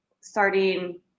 starting